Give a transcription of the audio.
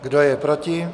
Kdo je proti?